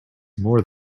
more